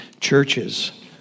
churches